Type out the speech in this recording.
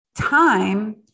time